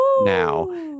now